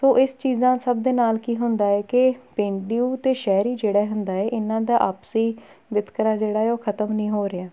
ਸੋ ਇਸ ਚੀਜ਼ਾਂ ਸਭ ਦੇ ਨਾਲ ਕੀ ਹੁੰਦਾ ਹੈ ਕਿ ਪੇਂਡੂ ਅਤੇ ਸ਼ਹਿਰੀ ਜਿਹੜਾ ਹੁੰਦਾ ਹੈ ਇਹਨਾਂ ਦਾ ਆਪਸੀ ਵਿਤਕਰਾ ਜਿਹੜਾ ਹੈ ਉਹ ਖ਼ਤਮ ਨਹੀਂ ਹੋ ਰਿਹਾ